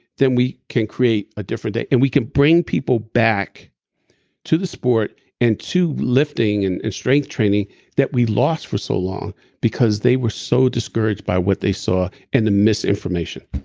then we can create a different day. and we can bring people back to the sport and to lifting and and strength training that we lost for so long because they were so discouraged by what they saw and the misinformation